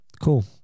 Cool